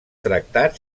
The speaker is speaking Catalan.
tractat